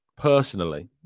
personally